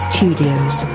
Studios